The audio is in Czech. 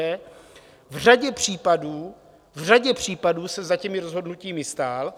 V řadě případů, v řadě případů jsem za těmi rozhodnutími stál.